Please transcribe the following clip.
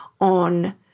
on